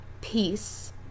peace